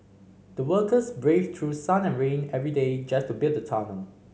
the workers braved through sun and rain every day just to build the tunnel